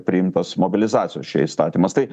priimtas mobilizacijos čia įstatymas tai